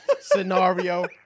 scenario